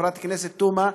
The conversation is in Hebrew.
חברת הכנסת תומא,